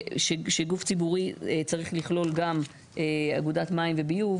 שגוף ציבורי צריך לכלול גם עבודת מים וביוב,